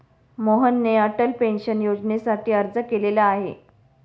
मोहनने अटल पेन्शन योजनेसाठी अर्ज केलेला आहे